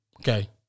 Okay